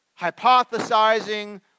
hypothesizing